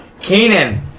Kenan